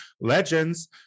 legends